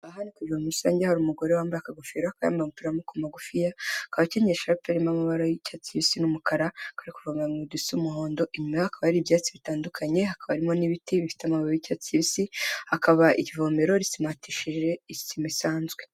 Aha ni ku ivomero rusange hari umugore wambaye akagofero, akaba yambaye umupira w'amaboko magufiya, akaba akenyeye isharupe irimo amabara y'icyatsi kibisi n'umukara, akaba ari kuvomera mu ibido isa umuhondo, inyumaye hakaba hari ibyatsi bitandukanye, hakaba harimo n'ibiti bifite amababi y'icyatsibisi, hakaba ikivomero risimatishije isima isanzwe.